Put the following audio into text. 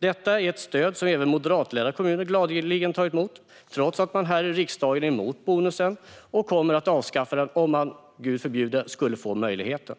Detta är ett stöd som även moderatledda kommuner gladeligen tagit emot, trots att Moderaterna här i riksdagen är mot bonusen och kommer att avskaffa den om de, Gud förbjude, skulle få möjligheten.